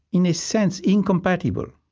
in a sense, incompatible.